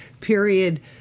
period